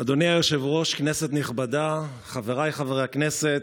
אדוני היושב-ראש, כנסת נכבדה, חבריי חברי הכנסת,